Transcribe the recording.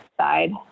side